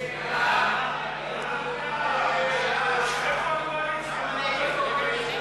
ההצעה להסיר מסדר-היום את הצעת חוק מס ערך מוסף